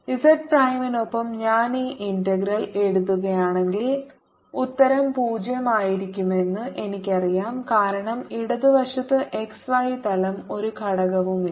Z പ്രൈമിനൊപ്പം ഞാൻ ഈ ഇന്റഗ്രൽ എഴുതുകയാണെങ്കിൽ ഉത്തരം 0 ആയിരിക്കുമെന്ന് എനിക്കറിയാം കാരണം ഇടതുവശത്ത് x y തലം ഒരു ഘടകവുമില്ല